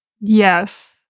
yes